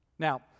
Now